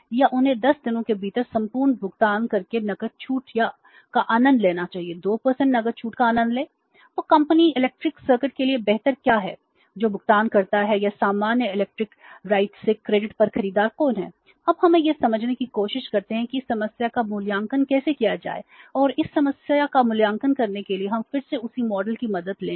या उन्हें 10 दिनों के भीतर संपूर्ण भुगतान करके नकद छूट देगा